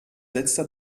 letzter